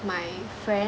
my friend